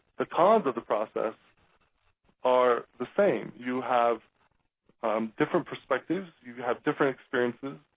the cons of the process are the same. you have different perspectives, you have different experiences,